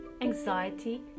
anxiety